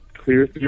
Clear